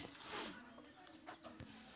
कीड़ा लगवार बाद फल डा अच्छा से बोठो होबे?